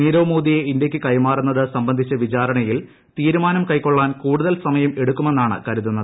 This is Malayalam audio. നീരവ് മോദീയെ ഇന്ത്യയ്ക്ക് കൈമാറുന്നത് സംബന്ധിച്ച വിചാരണയിൽ തീരുമാനം കൈക്കൊള്ളാൻ കൂടുതൽ സമയം എടുക്കുമെന്നാണ് കരുതുന്നത്